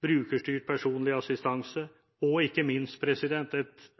brukerstyrt personlig assistanse og ikke minst – et